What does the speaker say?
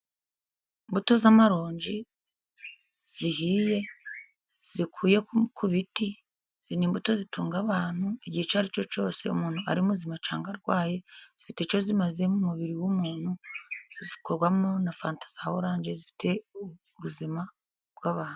Imbuto z'amaronji zihiye zikuye ku biti, izi ni imbuto zitunga abantu igihe icyo ari cyo cyose umuntu ari muzima cyangwa arwaye. Zifite icyo zimaze mu mubiri w'umuntu zikorwamo na fanta za oranje zifite ubuzima bw'abantu.